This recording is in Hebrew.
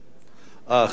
סליחה.